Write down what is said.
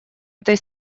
этой